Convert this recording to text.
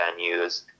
venues